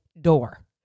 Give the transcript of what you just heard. door